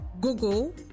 Google